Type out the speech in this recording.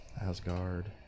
Asgard